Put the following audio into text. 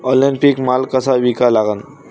Online पीक माल कसा विका लागन?